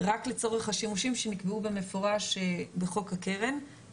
לצורך השימושים שנקבעו במפורש בחוק הקרן,